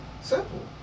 Simple